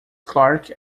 clark